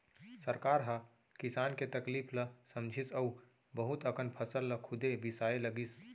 सरकार ह किसान के तकलीफ ल समझिस अउ बहुत अकन फसल ल खुदे बिसाए लगिस